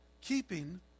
keeping